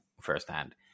firsthand